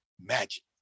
magic